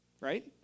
Right